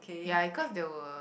ya it cause they were